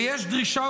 ויש דרישה,